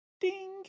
Ding